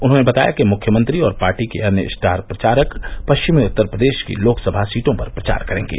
उन्होंने बताया कि मुख्यमंत्री और पार्टी के अन्य स्टार प्रचारक पश्चिमी उत्तर प्रदेश की लोकसभा सीटों पर प्रचार करेंगे